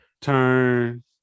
Turn